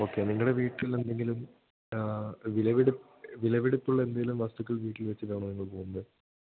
okay നിങ്ങളുടെ വീട്ടിൽ എന്തെങ്കിലും വിലപിടിപ്പുള്ള എന്തേലും വസ്തുക്കൾ വീട്ടിൽ വെച്ചിട്ടാണോ നിങ്ങൾ പോകുന്നത്